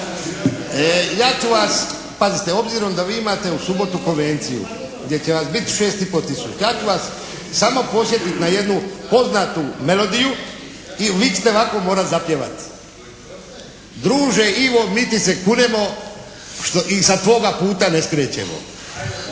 ja ću vas, pazite obzirom da vi imate u subotu konvenciju gdje će vas biti 6 i pol tisuća ja ću vas samo podsjetiti na jednu poznatu melodiju i vi ćete ovako morati zapjevati, "Druže Ivo mi ti se kunemo i sa tvoga puta ne skrećemo.".